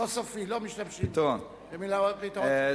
לא משתמשים במלים "פתרון סופי".